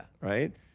Right